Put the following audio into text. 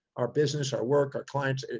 our business, our work, our clients,